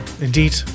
Indeed